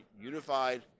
unified